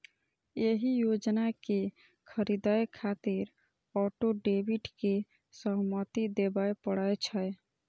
एहि योजना कें खरीदै खातिर ऑटो डेबिट के सहमति देबय पड़ै छै